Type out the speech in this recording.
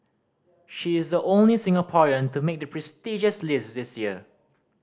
she is the only Singaporean to make the prestigious list this year